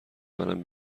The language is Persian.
منم